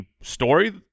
story